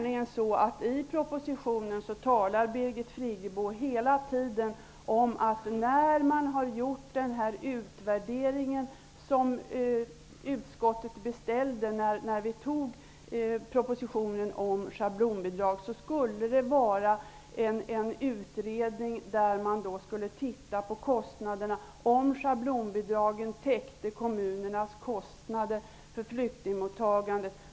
I propositionen talar Birgit Friggebo hela tiden om att den utvärdering som utskottet beställde i samband med propositionen om schablonbidrag skulle undersöka om schablonbidragen täckte kommunernas kostnader för flyktingmottagandet.